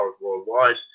worldwide